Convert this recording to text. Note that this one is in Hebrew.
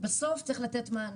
בסוף צריך לתת מענה.